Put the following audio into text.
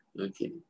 Okay